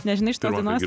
nežinai šitos dainos